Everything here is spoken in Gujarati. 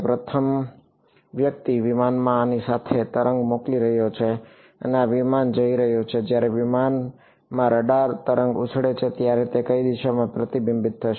તેથી પ્રથમ વ્યક્તિ વિમાનમાં આની સાથે તરંગ મોકલી રહ્યો છે અને આ વિમાન જઈ રહ્યું છે જ્યારે વિમાનમાં રડાર તરંગ ઉછળે છે ત્યારે તે કઈ દિશામાં પ્રતિબિંબિત થશે